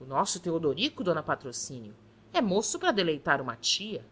o nosso teodorico d patrocínio é moco para deleitar uma tia